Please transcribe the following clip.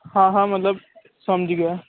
ਹਾਂ ਹਾਂ ਮਤਲਬ ਸਮਝ ਗਿਆ